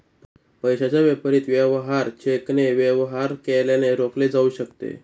पैशाच्या विपरीत वेवहार चेकने वेवहार केल्याने रोखले जाऊ शकते